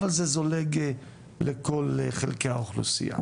אבל זה זולג לכל חלקי האוכלוסייה.